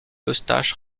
eustache